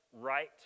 right